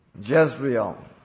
Jezreel